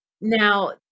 Now